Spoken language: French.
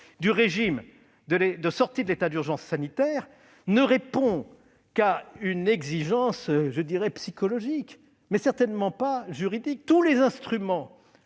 du régime de sortie de l'état d'urgence sanitaire ne répond qu'à une exigence psychologique, certainement pas juridique. Dans le cadre